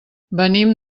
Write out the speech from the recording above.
venim